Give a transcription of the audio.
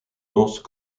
danses